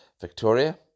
Victoria